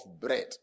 bread